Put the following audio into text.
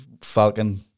Falcon